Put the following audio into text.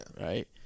right